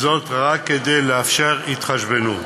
רק כדי לאפשר התחשבנות.